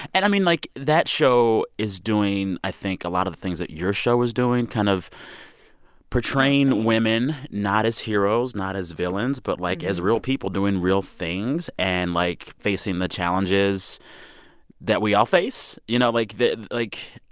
and, i mean, like, that show is doing, i think, a lot of the things that your show is doing kind of portraying women not as heroes, not as villains, but, like, as real people doing real things and, like, facing the challenges that we all face. you know, like, the like,